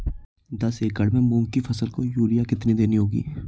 दस एकड़ में मूंग की फसल को यूरिया कितनी देनी होगी?